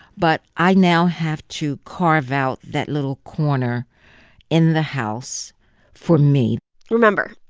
but i now have to carve out that little corner in the house for me remember,